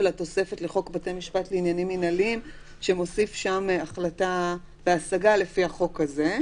התוספת לחוק בתי משפט לעניינים מינהליים שמוסיף שם השגה לפי החוק הזה.